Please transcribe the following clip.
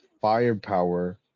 firepower